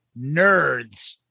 Nerds